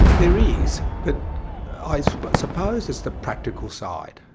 there is, but i so but suppose it's the practical side.